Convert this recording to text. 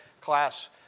class